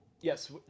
Yes